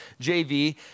JV